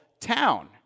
town